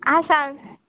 आ सांग